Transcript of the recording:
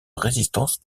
résistance